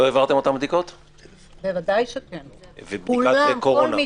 לא ייתכן להכניס עצירי הפגנות ודברים כאלה לתוך אותה קטגוריה,